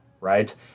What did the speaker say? right